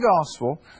gospel